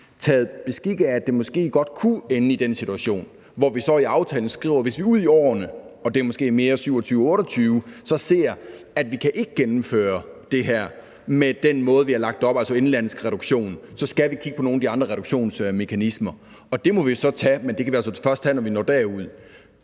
taget bestik af, at det måske godt kunne ende i den situation, hvor vi så i aftalen skriver, at hvis vi ude i årene – og det er måske mere 2027-2028 – ser, at vi ikke kan gennemføre det her på den måde, vi har lagt det op, altså med en indenlandsk reduktion, så skal vi kigge på nogle af de andre reduktionsmekanismer, og det må vi så tage. Men det kan vi altså først tage, når vi når derud.